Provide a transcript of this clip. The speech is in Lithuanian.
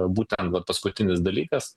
būtent vat paskutinis dalykas